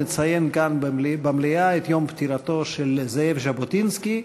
נציין במליאה גם את יום פטירתו של זאב ז'בוטינסקי,